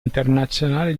internazionale